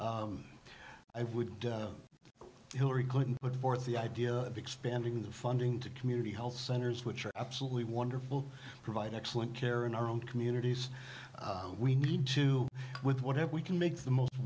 was i would hillary clinton put forth the idea of expanding the funding to community health centers which are absolutely wonderful provide excellent care in our own communities we need to with what have we can make the most